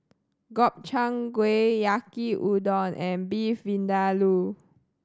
Gobchang Gui Yaki Udon and Beef Vindaloo